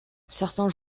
certains